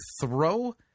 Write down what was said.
throw